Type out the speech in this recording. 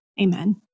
Amen